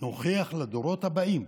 נוכיח לדורות הבאים,